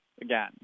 again